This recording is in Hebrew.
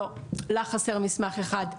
לא, לה חסר מסמך אחד,